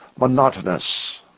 monotonous